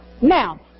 Now